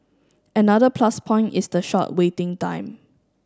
another plus point is the short waiting time